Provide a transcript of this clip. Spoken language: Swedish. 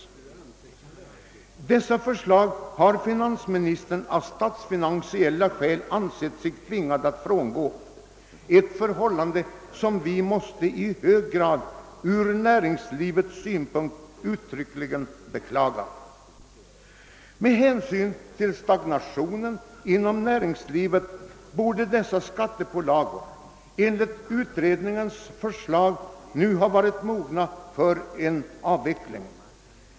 Förslaget om slopandet av punktskatterna och energiskatten har finansministern av statsfinansiella skäl ansett sig tvingad att frångå — ett förhållande som vi ur näringslivets synpunkt uttryckligen måste beklaga. Med hänsyn till stagnationen inom näringslivet borde dessa pålagor enligt beredningens förslag nu ha varit mogna för en avveckling.